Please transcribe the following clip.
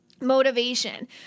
Motivation